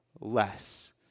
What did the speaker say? less